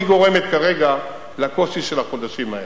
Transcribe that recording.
והיא גורמת כרגע לקושי של החודשים האלה.